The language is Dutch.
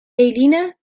eline